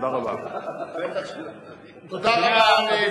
תודה רבה.